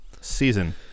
Season